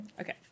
Okay